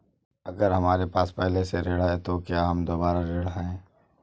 अगर हमारे पास पहले से ऋण है तो क्या हम दोबारा ऋण हैं?